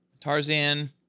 tarzan